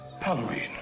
halloween